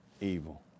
evil